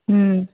ம்